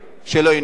שלא ינוצל.